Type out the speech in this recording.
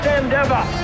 endeavor